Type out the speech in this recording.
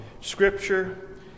Scripture